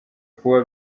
kuba